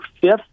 fifth